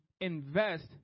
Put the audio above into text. invest